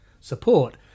support